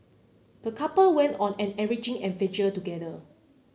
the couple went on an enriching adventure together